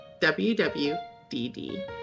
WWDD